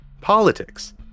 politics